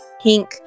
pink